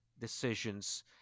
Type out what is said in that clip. decisions